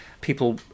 people